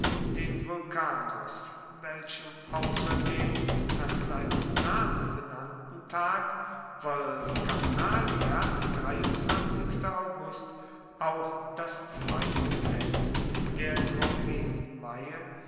den vulcanus welchem ausser dem nach seinem namen benannten tag auch das zweite fest der